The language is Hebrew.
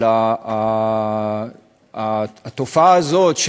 אבל התופעה הזאת,